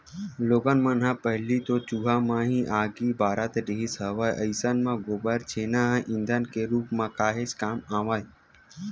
लोगन मन ह पहिली तो चूल्हा म ही आगी बारत रिहिस हवय अइसन म गोबर छेना ह ईधन के रुप म काहेच काम आवय